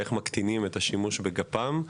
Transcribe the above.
ואיך מקטינים את השימוש בגפ"מ.